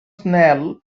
snell